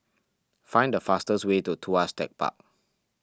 find the fastest way to Tuas Tech Park